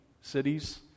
Cities